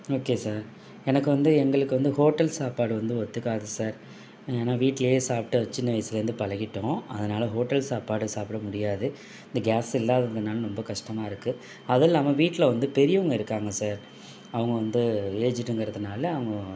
okay sir எனக்கு வந்து எங்களுக்கு வந்து ஹோட்டல் சாப்பாடு வந்து ஒத்துக்காது சார் ஏன்னா வீட்லையே சாப்பிட்டு அது சின்ன வயசுலிருந்து பழகிவிட்டோம் அதனால் ஹோட்டல் சாப்பாடு சாப்பிட முடியாது கேஸ் இல்லாததுனால ரொம்ப கஷ்டமாக இருக்கு அதுவும் இல்லாமல் வீட்டில வந்து பெரியவங்க இருக்காங்க சார் அவங்க வந்து ஏஜ்ஜிடுங்குறதுனால